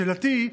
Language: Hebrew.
שאלתי: